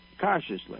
cautiously